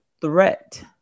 threat